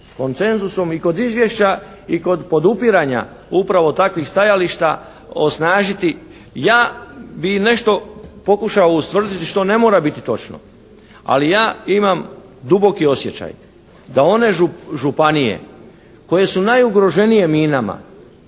koncenzusom i kod izvješća i kod podupiranja upravo takvih stajališta osnažiti. Ja bih nešto pokušao ustvrditi što ne mora biti točno, ali ja imam duboki osjećaj da one županije koje su najugroženije minama